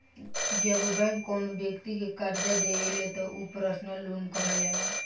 जब बैंक कौनो बैक्ति के करजा देवेली त उ पर्सनल लोन कहल जाला